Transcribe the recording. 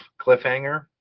cliffhanger